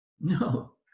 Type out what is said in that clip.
No